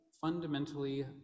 fundamentally